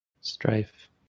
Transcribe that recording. strife